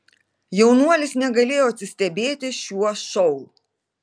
jaunuolis negalėjo atsistebėti šiuo šou